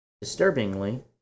Disturbingly